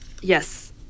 Yes